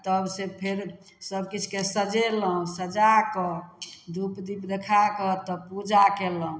आ तब से फेर सबकिछु के सजेलहुँ सजा कऽ धुप दीप देखा कऽ तब पूजा कयलहुँ